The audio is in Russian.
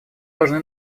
должны